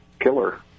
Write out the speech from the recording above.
killer